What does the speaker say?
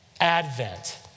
Advent